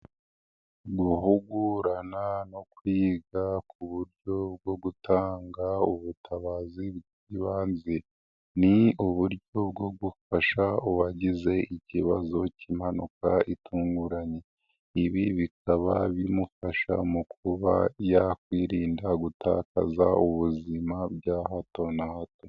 Guhugurana no kwiga ku buryo bwo gutanga ubutabazi bw'ibanze, ni uburyo bwo gufasha uwagize ikibazo cy'impanuka itunguranye, ibi bikaba bimufasha mu kuba yakwirinda gutakaza ubuzima bya hato na hato.